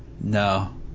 No